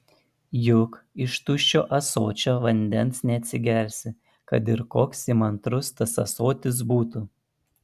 juk iš tuščio ąsočio vandens neatsigersi kad ir koks įmantrus tas ąsotis būtų